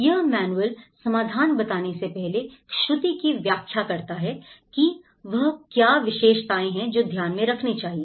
यह मैनुअल समाधान बताने से पहले श्रुति की व्याख्या करता है कि वह क्या विशेषताएं हैं जो ध्यान में रखनी चाहिए